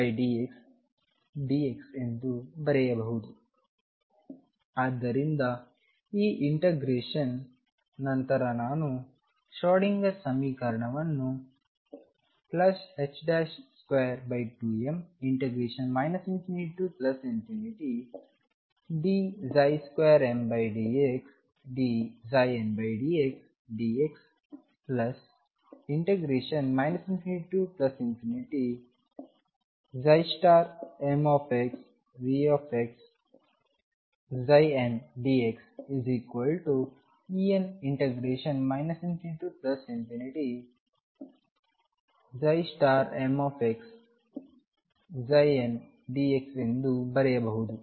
ಆದ್ದರಿಂದ ಈ ಇಂಟಗ್ರೇಶನ್ ನಂತರ ನಾನು ಶ್ರೋಡಿಂಗರ್Schrödinger ಸಮೀಕರಣವನ್ನು 22m ∞dmdxdndxdx ∞mVxndxEn ∞mndx ಎಂದು ಬರೆಯಬಹುದು